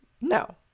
no